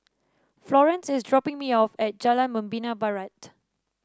Florence is dropping me off at Jalan Membina Barat